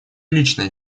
личное